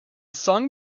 song